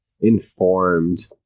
informed